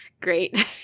great